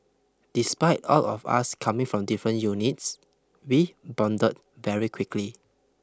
despite all of us coming from different units we bonded very quickly